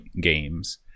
games